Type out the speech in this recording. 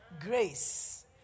Grace